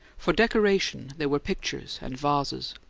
for decoration there were pictures and vases.